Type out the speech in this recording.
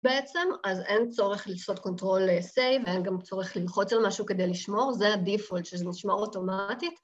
‫בעצם, אז אין צורך לעשות קונטרול סייב, ‫אין גם צורך ללחוץ על משהו כדי לשמור, ‫זה הדפולט, שזה נשמר אוטומטית.